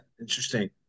Interesting